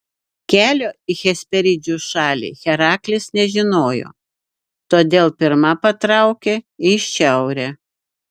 kelio į hesperidžių šalį heraklis nežinojo todėl pirma patraukė į šiaurę